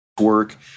work